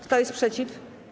Kto jest przeciw?